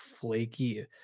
flaky